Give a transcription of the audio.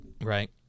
Right